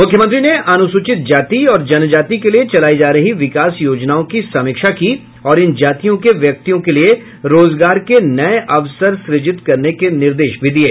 मुख्यमंत्री ने अनुसूचित जाति और जनजाति के लिये चलायी जा रही विकास योजनाओं की समीक्षा की और इन जातियों के व्यक्तियों के लिये रोजगार के नये अवसर सृजित करने के निर्देश भी दिये